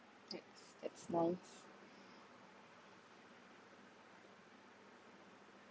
that that's nice